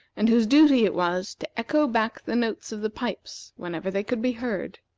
and whose duty it was to echo back the notes of the pipes whenever they could be heard.